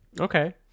Okay